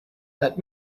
let